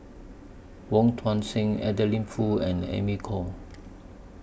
Wong Tuang Seng Adeline Foo and Amy Khor